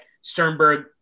Sternberg